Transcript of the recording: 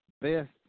best